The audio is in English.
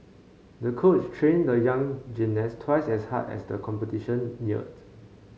the coach trained the young gymnast twice as hard as the competition neared